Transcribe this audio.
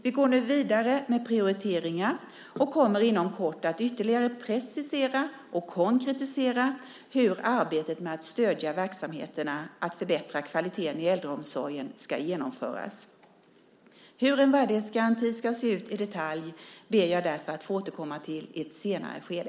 Vi går nu vidare med prioriteringar och kommer inom kort att ytterligare precisera och konkretisera hur arbetet med att stödja verksamheterna att förbättra kvaliteten i äldreomsorgen ska genomföras. Hur en värdighetsgaranti ska se ut i detalj ber jag därför att få återkomma till i ett senare skede.